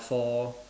for